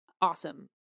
awesome